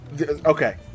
Okay